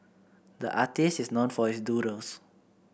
the artist is known for his doodles